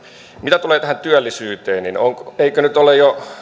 mitä tulee tähän työllisyyteen niin eikö nyt jo ole